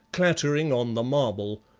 clattering on the marble,